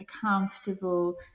comfortable